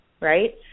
right